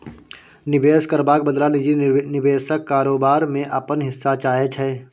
निबेश करबाक बदला निजी निबेशक कारोबार मे अपन हिस्सा चाहै छै